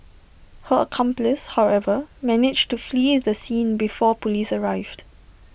her accomplice however managed to flee the scene before Police arrived